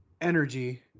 energy